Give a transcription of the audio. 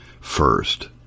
First